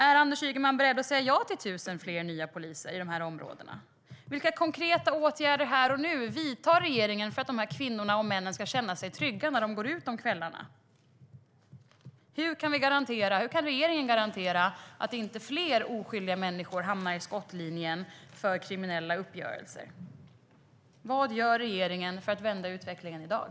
Är Anders Ygeman beredd att säga ja till 1 000 nya poliser i de här områdena? Vilka konkreta åtgärder här och nu vidtar regeringen för att de här kvinnorna och männen ska känna sig trygga när de går ut om kvällarna? Hur kan regeringen garantera att inte fler oskyldiga människor hamnar i skottlinjen för kriminella uppgörelser? Vad gör regeringen för att vända utvecklingen i dag?